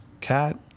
cat